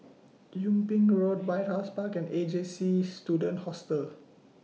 Yung Ping Road White House Park and A J C Student Hostel